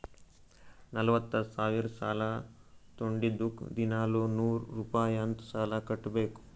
ನಲ್ವತ ಸಾವಿರ್ ಸಾಲಾ ತೊಂಡಿದ್ದುಕ್ ದಿನಾಲೂ ನೂರ್ ರುಪಾಯಿ ಅಂತ್ ಸಾಲಾ ಕಟ್ಬೇಕ್